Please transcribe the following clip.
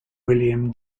william